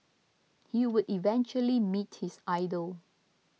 he would eventually meet his idol